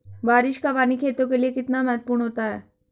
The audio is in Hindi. बारिश का पानी खेतों के लिये कितना महत्वपूर्ण होता है?